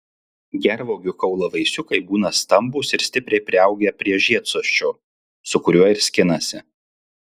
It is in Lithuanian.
gervuogių kaulavaisiukai būna stambūs ir stipriai priaugę prie žiedsosčio su kuriuo ir skinasi